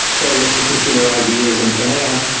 say, with particular ideas in finance,